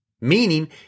meaning